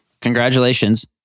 Congratulations